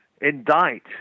indict